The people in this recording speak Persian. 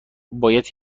باید